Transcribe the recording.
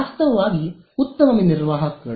ವಾಸ್ತವವಾಗಿ ಉತ್ತಮ ನಿರ್ವಾಹಕಗಳು